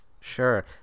Sure